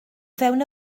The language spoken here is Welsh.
fewn